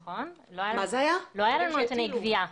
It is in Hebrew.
לא היו לנו נתוני גבייה.